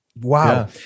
wow